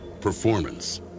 Performance